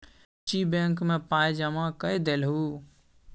बुच्ची बैंक मे पाय जमा कए देलहुँ